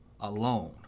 alone